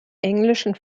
englischen